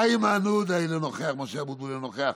איימן עודה, אינו נוכח, משה אבוטבול, אינו נוכח,